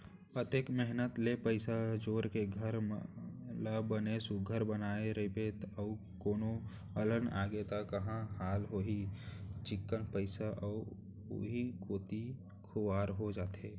अतेक मेहनत ले पइसा जोर के घर ल बने सुग्घर बनाए रइबे अउ कोनो अलहन आगे त का हाल होही चिक्कन पइसा ह उहीं कोती खुवार हो जाथे